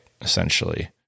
essentially